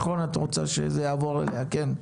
בבקשה.